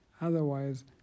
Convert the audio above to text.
Otherwise